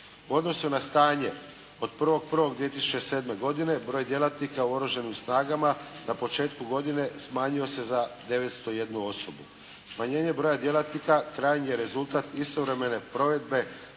U odnosu na stanje od 1. 1. 2007. godine broj djelatnika u Oružanim snagama na početku godine smanjio se za 901 osobu. Smanjenja broja djelatnika krajnji je rezultat istovremene provedbe